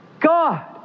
God